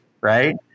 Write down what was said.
Right